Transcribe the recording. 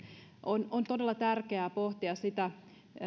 on on todella tärkeää pohtia sitä